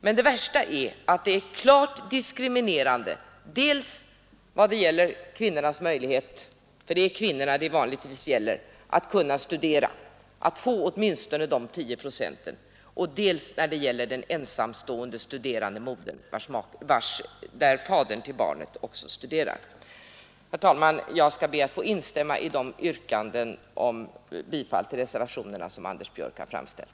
Men det värsta är att det är klart diskriminerande, dels i vad gäller kvinnornas möjligheter att studera och få åtminstone de 10 procenten, dels i vad gäller den ensamstående studerande moderns rätt till barntillägg i de fall där fadern till barnet också studerar. Herr talman! Jag skall be att få instämma i det yrkande om bifall till reservationerna som herr Björck i Nässjö har framställt.